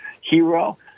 hero